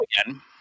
again